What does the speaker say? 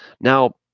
Now